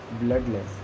bloodless